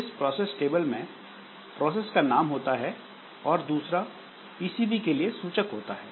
इस process table में process का नाम होता है और दूसरा पीसीबी के लिए सूचक होता है